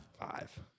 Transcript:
Five